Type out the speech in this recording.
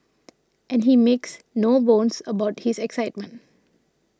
and he makes no bones about his excitement